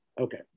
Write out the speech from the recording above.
Okay